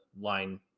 line